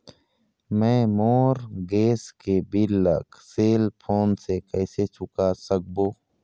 मैं मोर गैस के बिल ला सेल फोन से कइसे चुका सकबो?